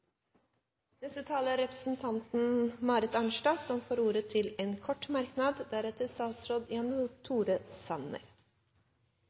Representanten Marit Arnstad har hatt ordet to ganger tidligere og får ordet til en kort merknad,